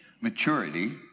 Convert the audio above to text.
maturity